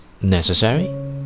necessary